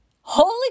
Holy